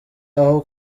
aho